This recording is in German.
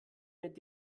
mit